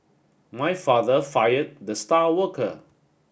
my father fired the star worker